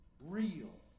Real